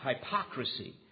hypocrisy